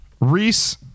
Reese